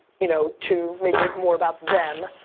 you know, to make it more about them.